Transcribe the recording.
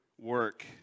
work